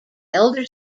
elder